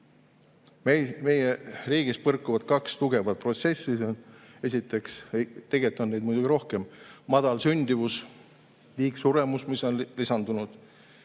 Meie riigis põrkuvad kaks tugevat protsessi, tegelikult on neid muidugi rohkem: madal sündimus, liigsuremus, mis on lisandunud,